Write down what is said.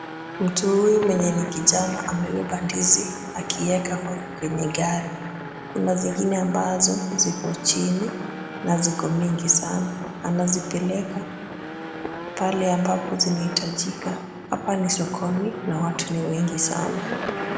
Mtu huyu mwenye ni kijana amebeba ndizi akiieka kwenye gari, kuna zingine ambazo ziko chini na ziko mingi sana, anazipeleka pale ambapo zinahitajika. Hapa ni sokoni na watu ni wengi sana.